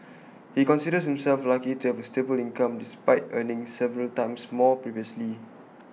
he considers himself lucky to have A stable income despite earning several times more previously